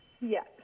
Yes